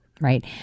right